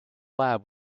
lab